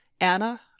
Anna